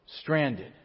stranded